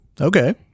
okay